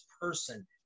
person